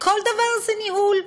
כל דבר זה ניהול.